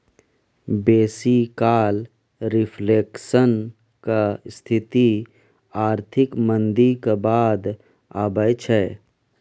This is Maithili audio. बेसी काल रिफ्लेशनक स्थिति आर्थिक मंदीक बाद अबै छै